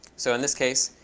so in this case,